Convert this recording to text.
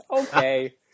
Okay